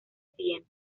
siguiente